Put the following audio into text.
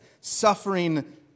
suffering